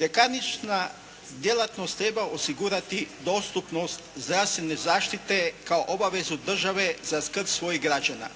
Ljekarnička djelatnost treba osigurati dostupnost zdravstvene zaštite kao obavezu države za skrb svojih građana.